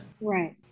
Right